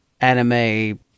anime